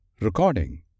Recording